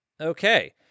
Okay